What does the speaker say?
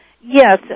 Yes